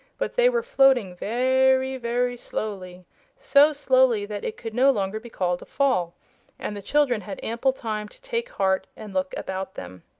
but they were floating very, very slowly so slowly that it could no longer be called a fall and the children had ample time to take heart and look about them.